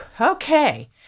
okay